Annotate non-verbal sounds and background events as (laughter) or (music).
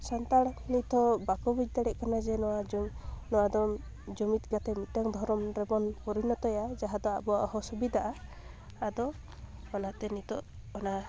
ᱥᱟᱱᱛᱟᱲ ᱱᱤᱛᱚᱜ ᱵᱟᱠᱚ ᱵᱩᱡᱽ ᱫᱟᱲᱮᱭᱟᱜ ᱠᱟᱱᱟ ᱡᱮ ᱱᱚᱣᱟ (unintelligible) ᱱᱚᱣᱟ ᱫᱚ ᱡᱩᱢᱤᱫ ᱠᱟᱛᱮᱫ ᱢᱤᱫᱴᱟᱝ ᱫᱷᱚᱨᱚᱢ ᱨᱮᱵᱚᱱ ᱯᱚᱨᱤᱱᱚᱛᱚᱭᱟ ᱡᱟᱦᱟᱸ ᱫᱚ ᱟᱵᱚᱣᱟᱜ ᱦᱚᱥᱵᱤᱛᱟᱜᱼᱟ ᱟᱫᱚ ᱚᱱᱟ ᱛᱮ ᱱᱤᱛᱚᱜ ᱚᱱᱟ